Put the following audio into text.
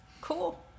cool